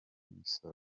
imisoro